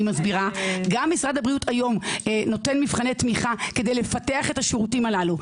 גם משרד הבריאות היום נותן מבחני תמיכה כדי לפתח את השירותים הללו.